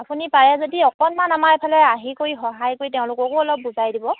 আপুনি পাৰে যদি অকণমান আমাৰ এইফালে আহি কৰি সহায় কৰি তেওঁলোককো অলপ বুজাই দিব